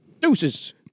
deuces